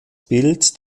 bild